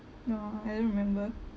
no I don't remember